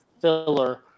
filler